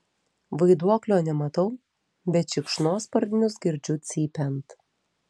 vaiduoklio nematau bet šikšnosparnius girdžiu cypiant